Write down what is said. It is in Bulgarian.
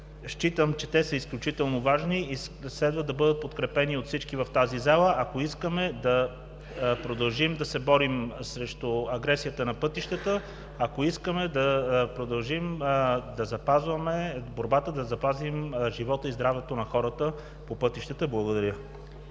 Считам, че те са изключително важни и следва да бъдат подкрепени от всички в тази зала, ако искаме да продължим да се борим срещу агресията на пътищата, ако искаме да продължим борбата да запазим живота и здравето на хората по пътищата. Благодаря.